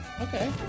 Okay